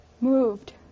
moved